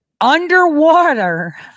underwater